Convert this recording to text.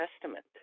Testament